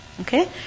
Okay